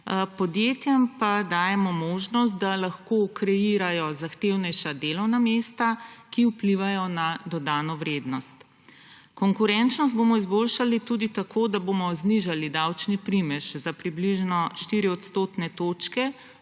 podjetjem pa dajemo možnost, da lahko kreirajo zahtevnejša delovna mesta, ki vplivajo na dodano vrednost. Konkurenčnost bomo izboljšali tudi tako, da bomo znižali davčni primež za približno 4 odstotne točke